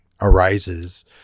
arises